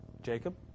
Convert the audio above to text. Jacob